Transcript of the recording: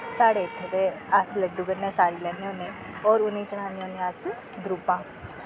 साढ़े इत्थें ते अस लड्डू कन्नै गै सारी लैन्ने होन्ने और उनेंई चढ़ान्ने होन्ने अस द्रुब्बां